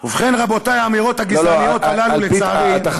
ובכן, רבותי, האמירות הגזעניות הללו, לצערי,